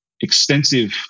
extensive